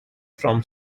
from